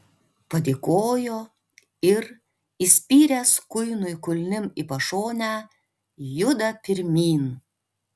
padėkojo ir įspyręs kuinui kulnim į pašonę juda pirmyn